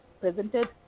presented